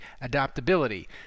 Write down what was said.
adaptability